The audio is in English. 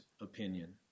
opinion